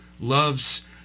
loves